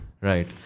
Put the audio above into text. Right